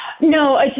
No